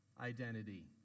identity